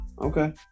Okay